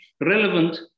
relevant